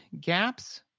gaps